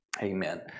Amen